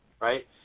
right